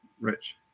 rich